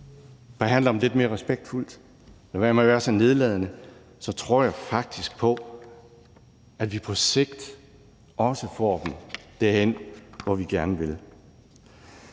behandler dem lidt mere respektfuldt, lader være med at være så nedladende, så tror jeg faktisk på, at vi på sigt også får dem derhen, hvor vi gerne vil.